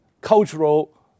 cultural